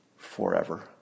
Forever